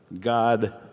God